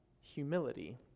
humility